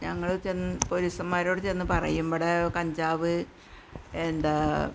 ഞങ്ങൾ പോലീസുകാരോട് ചെന്ന് പറയുമ്പോൾ കഞ്ചാവ് എന്താണ്